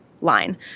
line